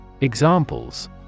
Examples